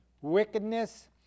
wickedness